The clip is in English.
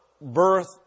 birth